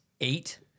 eight